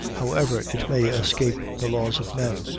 however it may escape the laws of men,